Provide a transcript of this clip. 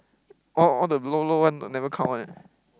all all the low low one never count one ah